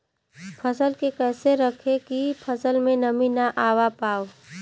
फसल के कैसे रखे की फसल में नमी ना आवा पाव?